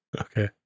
Okay